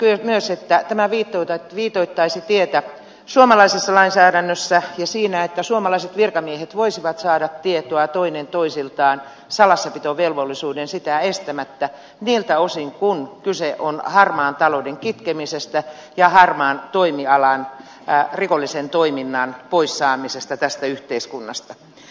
toivoisin myös että tämä viitoittaisi tietä suomalaisessa lainsäädännössä ja siinä että suomalaiset virkamiehet voisivat saada tietoa toinen toisiltaan salassapitovelvollisuuden sitä estämättä niiltä osin kuin kyse on harmaan talouden kitkemisestä ja harmaan toimialan rikollisen toiminnan pois saamisesta tästä yhteiskunnasta